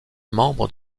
membre